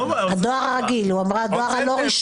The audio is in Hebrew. היא אמרה דואר רגיל לא רשמי.